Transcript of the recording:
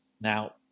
now